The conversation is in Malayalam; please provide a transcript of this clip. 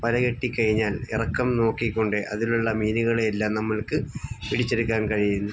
വലകെട്ടി കഴിഞ്ഞാൽ ഇറക്കം നോക്കിക്കൊണ്ട് അതിലുള്ള മീനുകളെ എല്ലാം നമ്മൾക്ക് പിടിച്ചെടുക്കാൻ കഴിയുന്നു